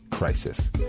Crisis